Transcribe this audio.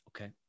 Okay